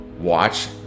watch